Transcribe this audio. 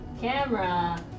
camera